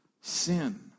sin